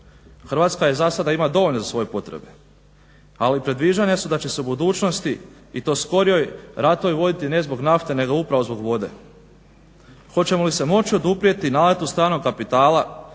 Hrvatska je za sada ima dovoljno za svoje potrebe, ali predviđanja su da će se u budućnosti i to skorijoj ratovi voditi ne zbog nafte nego upravo zbog vode. Hoćemo li se moći oduprijeti naletu stranog kapitala